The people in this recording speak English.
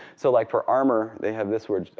so like for armor, they have this word,